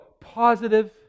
positive